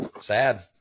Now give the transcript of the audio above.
sad